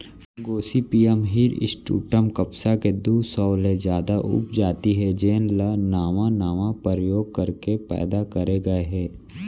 Gossypium hirsutum कपसा के दू सौ ले जादा उपजाति हे जेन ल नावा नावा परयोग करके पैदा करे गए हे